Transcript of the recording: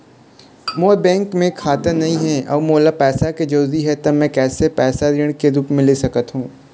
मोर bank म खाता नई हे अउ मोला पैसा के जरूरी हे त मे कैसे पैसा ऋण के रूप म ले सकत हो?